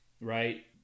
right